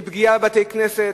של פגיעה בבתי-כנסת,